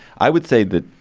i would say that.